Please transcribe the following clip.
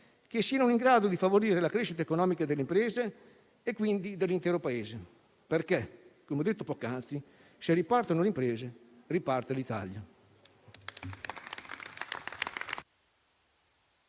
che siano in grado di favorire la crescita economica delle imprese e quindi dell'intero Paese, perché, come ho detto poc'anzi, se ripartono le imprese, riparte l'Italia.